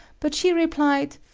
but she replied,